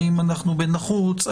האם אנחנו בנחוץ,